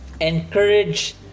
Encourage